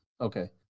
okay